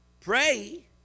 pray